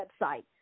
website